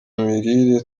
mirire